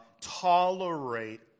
tolerate